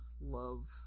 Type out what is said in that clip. love